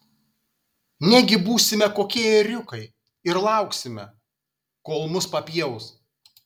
negi būsime kokie ėriukai ir lauksime kol mus papjaus